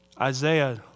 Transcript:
Isaiah